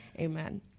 Amen